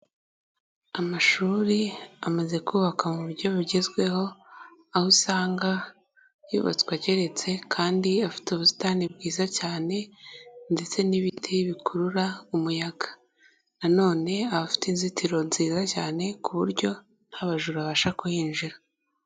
Amashuri amaze kubakwa mu buryo bugezweho, aho usanga yubatswe ageretse kandi afite ubusitani bwiza cyane ndetse n'ibiti bikurura umuyaga na none aba afite inzitiro nziza cyane, ku buryo nta bajura babasha kuhinjira.